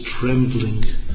trembling